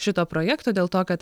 šito projekto dėl to kad